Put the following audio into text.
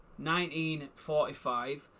1945